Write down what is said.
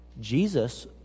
Jesus